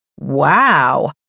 Wow